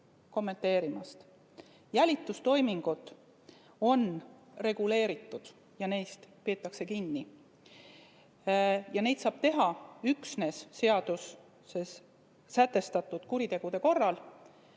kommenteerimast. Jälitustoimingud on reguleeritud ja neist reeglitest peetakse kinni. Neid toiminguid saab teha üksnes seaduses sätestatud kuritegude korral.